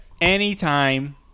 Anytime